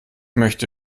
möchte